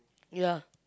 ya